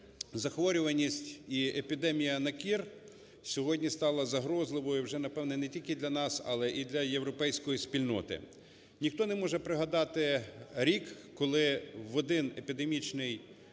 Захворюваність і епідемія на кір сьогодні стала загрозливою вже, напевно, не тільки для нас, але і для європейської спільноти. Ніхто не може пригадати рік, коли в один епідемічний